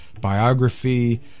biography